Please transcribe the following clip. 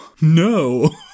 no